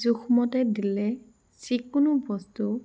জোখমতে দিলে যিকোনো বস্তু